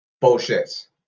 Bullshit